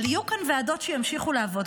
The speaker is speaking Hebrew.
אבל יהיו כאן ועדות שימשיכו לעבוד.